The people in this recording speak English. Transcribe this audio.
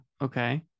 okay